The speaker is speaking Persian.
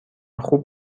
خوب